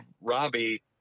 Robbie